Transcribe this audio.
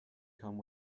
come